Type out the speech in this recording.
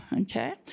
okay